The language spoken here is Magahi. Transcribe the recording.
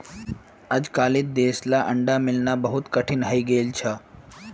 अजकालित देसला अंडा मिलना बहुत कठिन हइ गेल छ